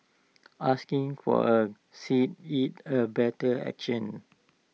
asking for A seat is A better action